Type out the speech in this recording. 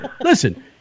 Listen